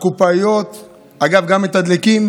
אגב, גם מתדלקים